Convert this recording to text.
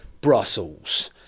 Brussels